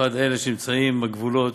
במיוחד אלה שנמצאים בגבולות,